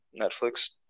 Netflix